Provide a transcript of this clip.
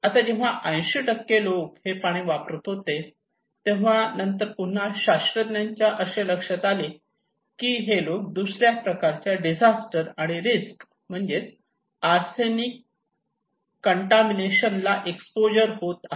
आता जेव्हा 80 लोक हे पाणी वापरत होते तेव्हा नंतर पुन्हा शास्त्रज्ञांच्या असे लक्षात आले की हे लोक दुसऱ्या प्रकारच्या डिझास्टर आणि रिस्क म्हणजेच आर्सेनिक कंटामीनेशन ला एक्सपोज होत आहेत